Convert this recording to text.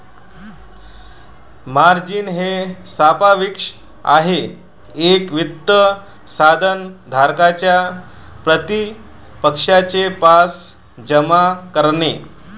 margin हे सांपार्श्विक आहे एक वित्त साधन धारकाच्या प्रतिपक्षाचे पास जमा करणे